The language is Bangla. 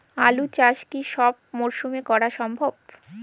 আলু চাষ কি সব মরশুমে করা সম্ভব?